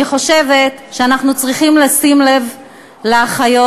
אני חושבת שאנחנו צריכים לשים לב לאחיות,